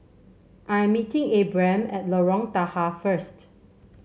I'm meeting Abram at Lorong Tahar first